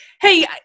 Hey